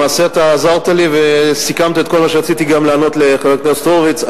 למעשה אתה עזרת לי וסיכמת את כל מה שרציתי לענות לחבר הכנסת הורוביץ.